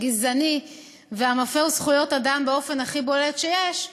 הגזעני והמפר זכויות אדם באופן הכי בולט שיש,